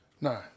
No